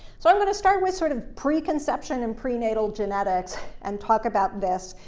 so, i'm going to start with sort of preconception and prenatal genetics and talk about this.